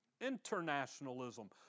internationalism